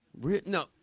No